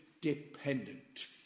dependent